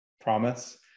promise